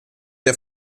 der